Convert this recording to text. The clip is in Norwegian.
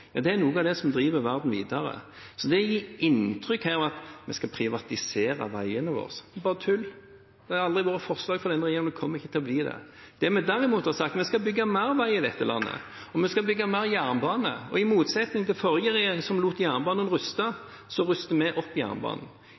Det er noe av det som driver verden videre. Det å gi inntrykk av at vi skal privatisere veiene våre – det er bare tull. Det har aldri vært et forslag fra denne regjeringen, og det kommer ikke til å bli det. Det vi derimot har sagt, er at vi skal bygge mer vei i dette landet, og vi skal bygge mer jernbane. I motsetning til forrige regjering, som lot jernbanen ruste, ruster vi opp jernbanen.